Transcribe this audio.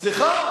סליחה.